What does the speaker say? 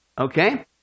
okay